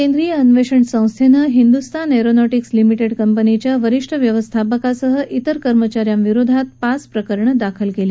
केंद्रीय अन्वेषण संस्थेनं हिंदुस्तान एअरोनॉटिक्स लिमिटेड कंपनीच्या वरिष्ठ व्यवस्थापकासह तिर कर्मचा यांविरोधात पाच प्रकरणं दाखल केली